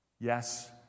Yes